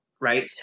right